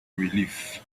relief